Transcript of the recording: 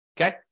Okay